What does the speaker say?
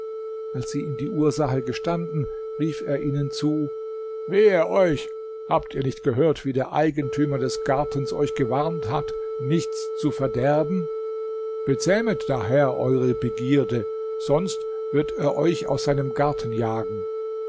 als sie ihm die ursache gestanden rief er ihnen zu wehe euch habt ihr nicht gehört wie der eigentümer des gartens euch gewarnt hat nichts zu verderben bezähmet daher eure begierde sonst wird er euch aus seinem garten jagen